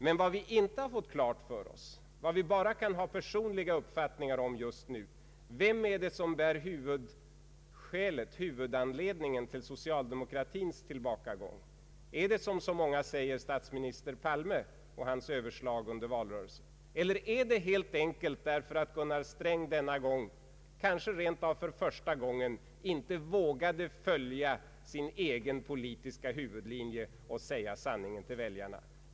Men vad vi inte fått klart för oss, vad vi bara kan ha personliga uppfattningar om just nu, det är: vad är huvudskälet till socialdemokratins tillbakagång? Är det, som så många säger, statsminister Palme och hans överslag under valrörelsen? Eller är det helt enkelt att Gunnar Sträng denna gång, kanske rent av för första gången, inte Allmänpolitisk debatt vågade följa sin egen politiska huvudlinje och säga sanningen till väljarna?